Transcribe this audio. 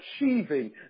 achieving